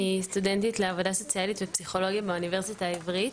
אני סטודנטית לעבודה סוציאלית ופסיכולוגיה באוניברסיטה העברית,